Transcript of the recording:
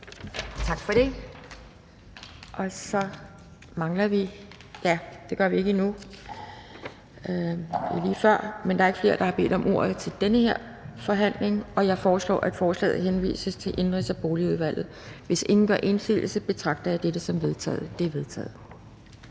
Tak for det.